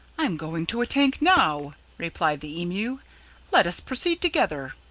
i am going to a tank now, replied the emu let us proceed together.